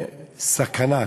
סכנה.